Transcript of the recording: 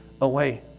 away